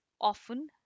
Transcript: often